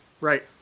right